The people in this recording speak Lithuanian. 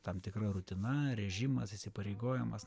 tam tikra rutina režimas įsipareigojamas